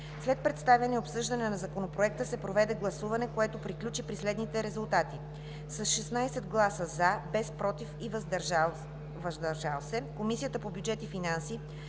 След представяне и обсъждане на Законопроекта се проведе гласуване, което приключи при следните резултати: с 16 гласа „за”, без “против” и „въздържал се”, Комисията по бюджет и финанси